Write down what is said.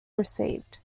received